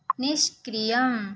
निष्क्रियम्